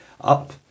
up